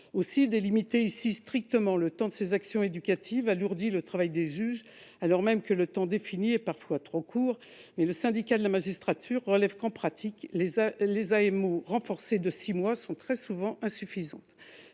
Aussi, délimiter si strictement le temps de ces actions éducatives alourdit le travail des juges, alors même que le temps défini est parfois trop court. Le Syndicat de la magistrature relève que les AEMO renforcées de six mois sont, en pratique, très souvent insuffisantes.